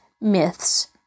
myths